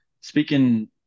speaking